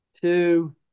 Two